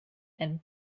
and